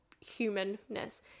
humanness